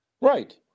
Right